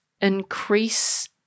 increase